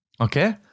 Okay